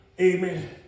Amen